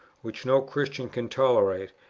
which no christian can tolerate,